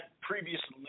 previously